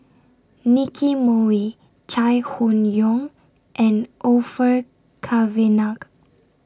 Nicky Moey Chai Hon Yoong and Orfeur Cavenagh